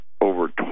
Over